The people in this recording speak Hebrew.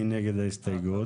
מי נגד ההסתייגויות?